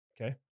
Okay